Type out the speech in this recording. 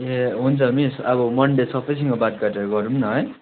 ए हुन्छ मिस अब मन्डे सबैसँग बात गरेर गरौँ न है